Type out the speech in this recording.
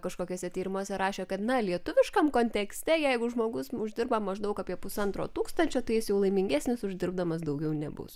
kažkokiuose tyrimuose rašė kad na lietuviškam kontekste jeigu žmogus uždirba maždaug apie pusantro tūkstančio tai jis jau laimingesnis uždirbdamas daugiau nebus